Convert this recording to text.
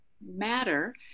matter